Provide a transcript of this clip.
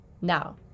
Now